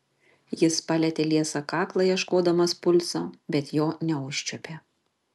jis palietė liesą kaklą ieškodamas pulso bet jo neužčiuopė